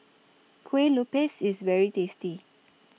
Kuih Lopes IS very tasty